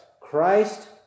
Christ